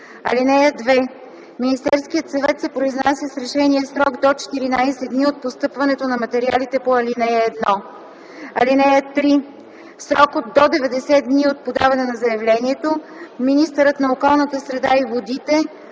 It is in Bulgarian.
2 и 3: „(2) Министерският съвет се произнася с решение в срок до 14 дни от постъпването на материалите по ал. 1. (3) В срок до 90 дни от подаване на заявлението, министърът на околната среда и водите: